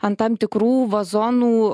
ant tam tikrų vazonų